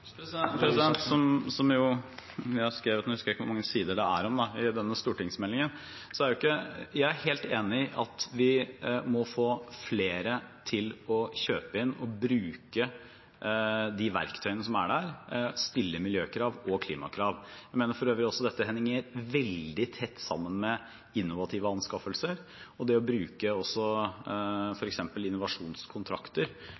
Som jeg har skrevet om i denne stortingsmeldingen – jeg husker ikke hvor mange sider – er jeg helt enig i at vi må få flere til å kjøpe inn og bruke de verktøyene som er der, og stille miljøkrav og klimakrav. Jeg mener for øvrig at dette henger veldig tett sammen med innovative anskaffelser og det å bruke